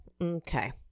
Okay